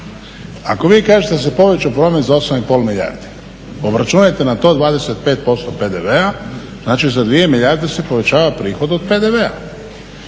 ako vi kažete da se povećao promet za 8,5 milijardi obračunajte na to 25% PDV-a, znači za 2 milijarde se povećava prihod od PDV-a.